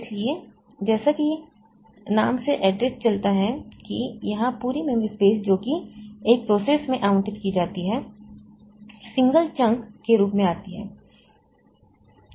इसलिए जैसा कि नाम से एड्रेस चलता है कि यहां पूरी मेमोरी स्पेस जो कि एक प्रोसेस में आवंटित की जाती है सिंगल चंक के रूप में आती है